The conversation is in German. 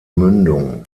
mündung